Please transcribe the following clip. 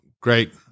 great